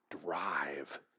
drive